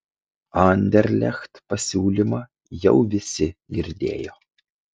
anderlecht pasiūlymą jau visi girdėjo